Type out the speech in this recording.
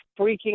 freaking